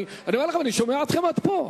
אני אומר לכם, אני שומע אתכם עד פה.